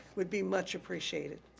would be much appreciated.